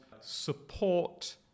support